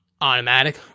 automatic